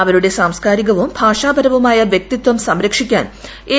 അവരുടെ സാംസ്കാരികവും ഭാഷാപരവുമായ വ്യക്തിത്വം സംരക്ഷിക്കാൻ എൻ